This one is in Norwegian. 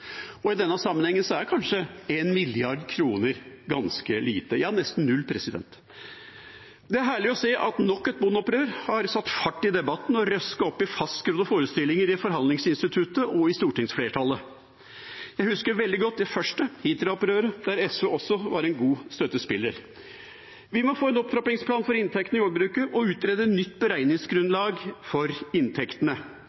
I denne sammenhengen er kanskje 1 mrd. kr ganske lite – ja, nesten null. Det er herlig å se at nok et bondeopprør har satt fart i debatten og røsket opp i fastskrudde forestillinger i forhandlingsinstituttet og i stortingsflertallet. Jeg husker veldig godt det første, Hitra-opprøret, der SV også var en god støttespiller. Vi må få en opptrappingsplan for inntektene i jordbruket og utrede nytt